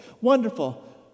wonderful